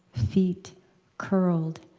feet curled,